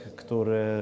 który